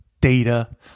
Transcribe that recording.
data